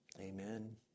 Amen